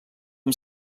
amb